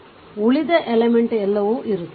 ಆದ್ದರಿಂದ ಉಳಿದ ಎಲಿಮೆಂಟ್ಸ್ ಎಲ್ಲವೂ ಇರುತ್ತದೆ